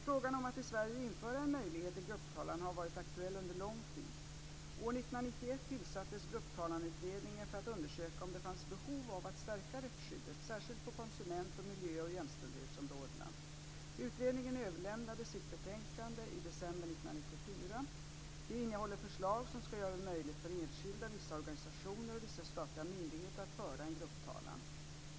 Frågan om att i Sverige införa en möjlighet till grupptalan har varit aktuell under lång tid. År 1991 tillsattes Grupptalanutredningen för att undersöka om det fanns behov av att stärka rättsskyddet, särskilt på konsument och miljö och jämställdhetsområdena. Utredningen överlämnade sitt betänkande Grupprättegång i december 1994. Det innehåller förslag som ska göra det möjligt för enskilda, vissa organisationer och vissa statliga myndigheter att föra en grupptalan.